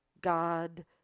God